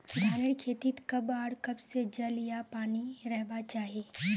धानेर खेतीत कब आर कब से जल या पानी रहबा चही?